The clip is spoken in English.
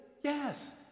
Yes